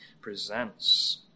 presents